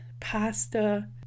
pasta